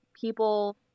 people